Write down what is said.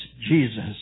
Jesus